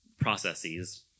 processes